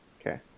Okay